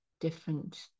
different